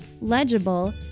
Legible